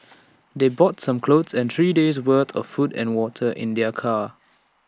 they brought some clothes and three days'worth of food and water in their car